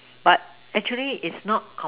but actually is not com